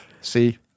See